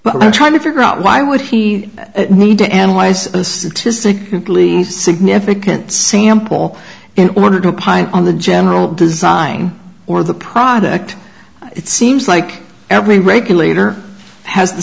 but i'm trying to figure out why would he need to analyze this think complete significant sample in order to pine on the general design or the product it seems like every regulator has the